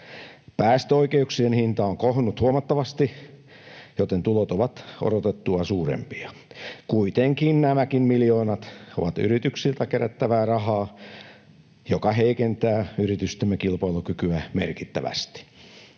Päästöoikeuksien hinta on kohonnut huomattavasti, joten tulot ovat odotettua suurempia. Kuitenkin nämäkin miljoonat ovat yrityksiltä kerättävää rahaa, joka heikentää yritystemme kilpailukykyä merkittävästi.